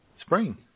spring